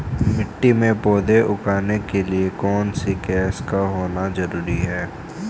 मिट्टी में पौधे उगाने के लिए कौन सी गैस का होना जरूरी है?